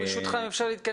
לגבי המים לתל